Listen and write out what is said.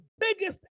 biggest